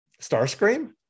Starscream